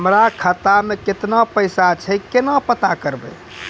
हमरा खाता मे केतना पैसा छै, केना पता करबै?